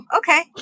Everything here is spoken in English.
okay